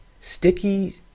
sticky